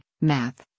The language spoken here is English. math